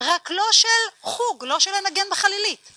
רק לא של חוג, לא שלנגן בחלילית.